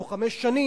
בתוך חמש שנים,